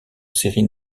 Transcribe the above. séries